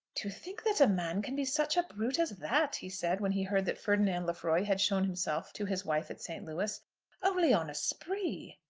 to think that a man can be such a brute as that, he said, when he heard that ferdinand lefroy had shown himself to his wife at st. louis only on a spree.